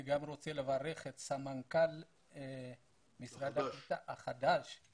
אני גם רוצה לברך את הסמנכ"ל החדש של משרד הקליטה,